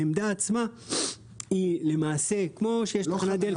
העמדה עצמה היא למעשה כמו שיש תחנת דלק.